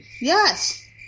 Yes